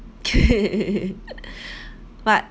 but